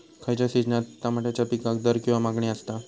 खयच्या सिजनात तमात्याच्या पीकाक दर किंवा मागणी आसता?